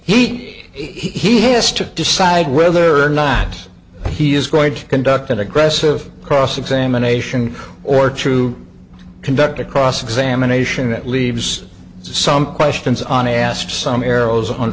heat he has to decide whether or not he is going to conduct an aggressive cross examination or true conduct a cross examination that leaves some questions on asked some arrows on